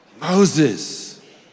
Moses